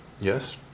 Yes